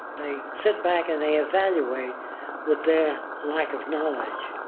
they sit back and they evaluate with their lack of knowledge,